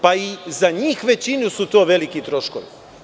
Pa, i za većinu njih su to veliki troškovi.